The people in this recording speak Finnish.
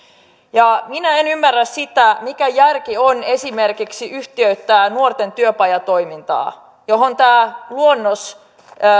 minä en en ymmärrä sitä mikä järki on yhtiöittää esimerkiksi nuorten työpajatoimintaa mihin tämä luonnos